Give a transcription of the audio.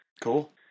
Cool